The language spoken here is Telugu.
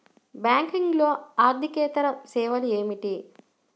బ్యాంకింగ్లో అర్దికేతర సేవలు ఏమిటీ?